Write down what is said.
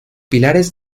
pilares